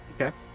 okay